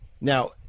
now